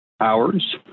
hours